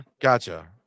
gotcha